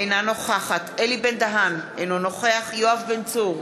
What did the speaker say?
אינה נוכחת אלי בן-דהן, אינו נוכח יואב בן צור,